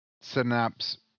synapse